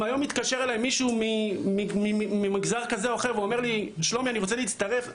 אם היום מתקשר אליי מישהו ממגזר כזה או אחר ואומר לי שהוא רוצה להצטרף,